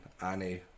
Annie